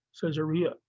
Caesarea